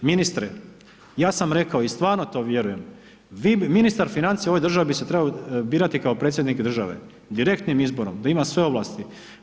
Ministre, ja sam rekao i stvarno to vjerujem, ministar financija u ovoj državi bi se trebao birati kao Predsjednik države, direktnim izborom, da ima sve ovlasti.